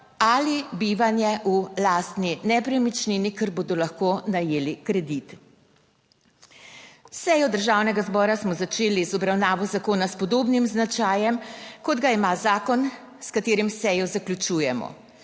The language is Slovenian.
ali bivanje v lastni nepremičnini, ker bodo lahko najeli kredit. Sejo Državnega zbora smo začeli z obravnavo zakona s podobnim značajem kot ga ima zakon, s katerim sejo zaključujemo.